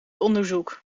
onderzoek